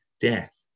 death